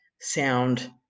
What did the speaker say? sound